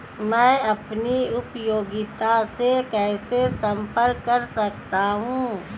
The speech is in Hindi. मैं अपनी उपयोगिता से कैसे संपर्क कर सकता हूँ?